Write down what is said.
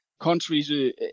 countries